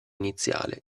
iniziale